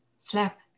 flap